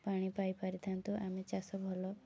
ପାଣି ପାଇପାରିଥାନ୍ତୁ ଆମେ ଚାଷ ଭଲ